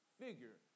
figure